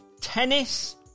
Tennis